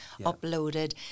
uploaded